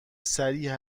سریع